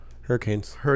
Hurricanes